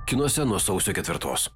kinuose nuo sausio ketvirtos